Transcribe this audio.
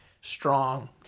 strong